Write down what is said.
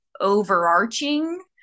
overarching